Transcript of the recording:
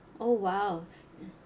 oh !wow!